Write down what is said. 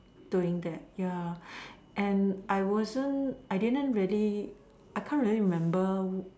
doing that ya and I wasn't I didn't really I can't really remember